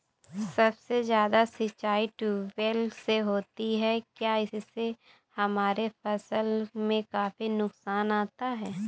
सबसे ज्यादा सिंचाई ट्यूबवेल से होती है क्या इससे हमारे फसल में काफी नुकसान आता है?